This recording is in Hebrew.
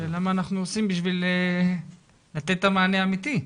השאלה מה אנחנו עושים בשביל לתת את המענה האמיתי.